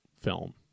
film